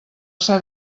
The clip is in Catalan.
ser